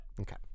Okay